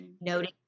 noting